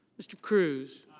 mr. cruz.